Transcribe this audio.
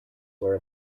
were